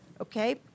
Okay